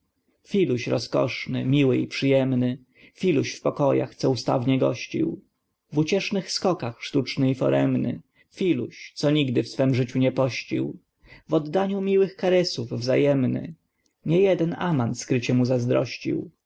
filuś rozkoszny miły i przyjemny filuś w pokojach co ustawnie gościł w uciesznych skokach sztuczny i foremny filuś co nigdy w swem życiu nie pościł w oddaniu miłych karesów wzajemny nie jeden amant skrycie mu zazdrościł